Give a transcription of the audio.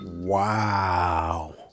Wow